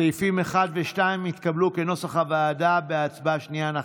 סעיפים 1 ו-2 התקבלו כנוסח הוועדה בהצבעה בקריאה שנייה.